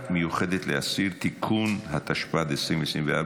התשפ"ד 2024,